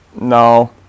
No